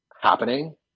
happening